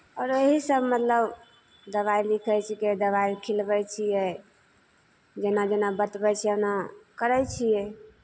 आओर यहीसभ मतलब दबाइ लिखै छिकै दबाइ खिलबै छियै जेना जेना बतबै छै ओना करै छियै